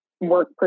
work